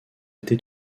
été